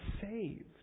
saved